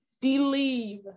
believe